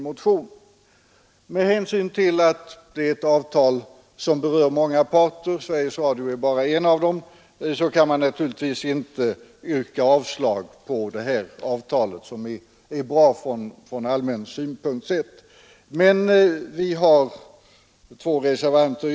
Med hänsyn till att det är ett avtal som berör många parter — Sveriges Radio är bara en av dem — kan man naturligtvis inte yrka avslag på detta avtal, som är bra från allmän synpunkt sett.